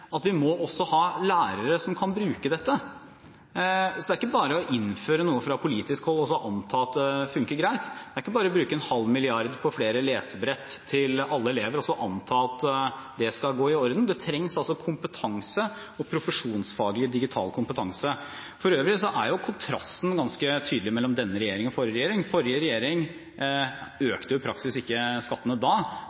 at vi også har lærere som kan bruke dette. Det er ikke bare å innføre noe fra politisk hold og anta at det fungerer greit. Det er ikke bare å bruke en halv milliard kroner på flere lesebrett til alle elever og anta at det skal gå i orden. Det trengs kompetanse, profesjonsfaglig digital kompetanse. For øvrig er kontrasten ganske tydelig mellom denne regjeringen og forrige regjering. Forrige regjering